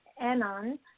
Anon